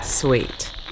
Sweet